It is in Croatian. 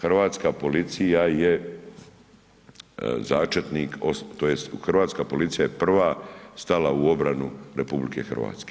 Hrvatska policija je začetnik, tj. Hrvatska policija je prva stala u obranu RH.